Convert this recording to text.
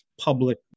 public